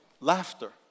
Laughter